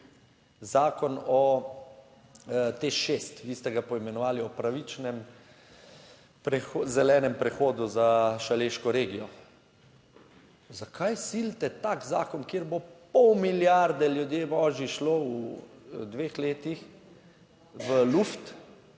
Zakon o TEŠ6, vi ste ga poimenovali, o pravičnem zelenem prehodu za Šaleško regijo. Zakaj silite tak zakon, kjer bo pol milijarde, ljudje božji, šlo v dveh letih v luft